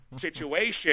situation